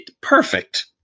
perfect